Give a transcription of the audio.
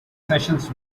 sessions